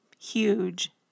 huge